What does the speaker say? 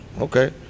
okay